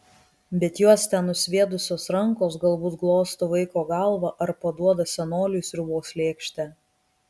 bet juos ten nusviedusios rankos galbūt glosto vaiko galvą ar paduoda senoliui sriubos lėkštę